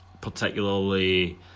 particularly